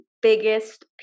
biggest